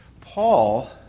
Paul